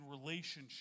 relationship